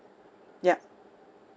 ya